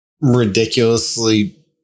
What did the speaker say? ridiculously